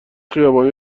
خیابانی